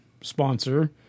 sponsor